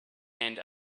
and